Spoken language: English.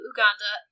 Uganda